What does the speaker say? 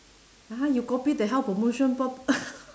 !huh! you copy the health promotion board